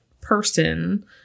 person